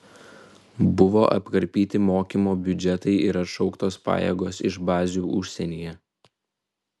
buvo apkarpyti mokymo biudžetai ir atšauktos pajėgos iš bazių užsienyje